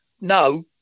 no